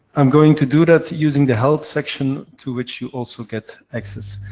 i'm going to do that using the help section, to which you also get access.